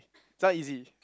it's not easy